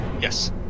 Yes